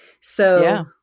So-